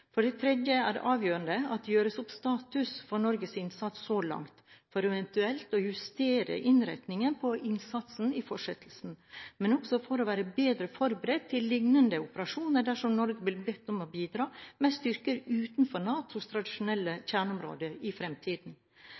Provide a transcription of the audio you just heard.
For det tredje er det avgjørende at det gjøres opp status for Norges innsats så langt – for eventuelt å justere innretningen på innsatsen i fortsettelsen, men også for å være bedre forberedt på liknende operasjoner dersom Norge blir bedt om å bidra med styrker utenfor NATOs tradisjonelle kjerneområde i fremtiden.